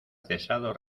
cesado